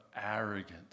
arrogant